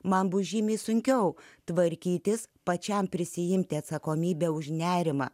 man bus žymiai sunkiau tvarkytis pačiam prisiimti atsakomybę už nerimą